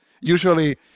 Usually